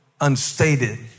unstated